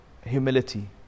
humility